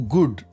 Good